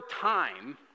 time